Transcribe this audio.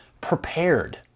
prepared